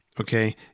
Okay